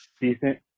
decent